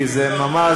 כי זה ממש,